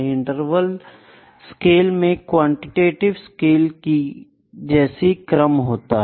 interval scale में quantitative scale की जैसे क्रम होता है